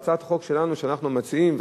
בהצעת החוק שלנו שאנחנו מציעים,